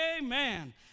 Amen